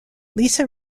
lisa